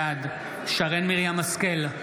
בעד שרן מרים השכל,